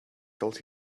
told